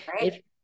Right